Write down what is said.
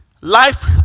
life